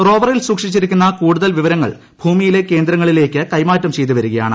റോവറിൽ സൂക്ഷിച്ചിരിക്കുന്ന കൂടുതൽ വിവരങ്ങൾ ഭൂമിയിലെ കേന്ദ്രങ്ങളിലേക്ക് കൈമാറ്റം ചെയ്ത് വരികയാണ്